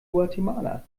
guatemala